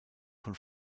von